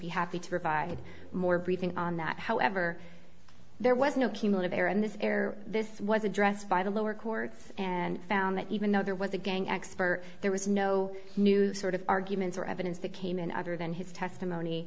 be happy to provide more briefing on that however there was no chemo to bear in this air this was addressed by the lower courts and found that even though there was a gang expert there was no new sort of arguments or evidence that came in other than his testimony